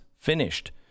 Finished